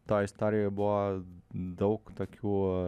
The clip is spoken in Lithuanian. toj istorijoj buvo daug tokių